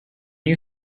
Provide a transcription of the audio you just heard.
you